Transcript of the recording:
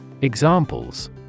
Examples